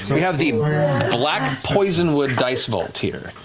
we have the black poisonwood dice vault here.